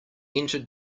entered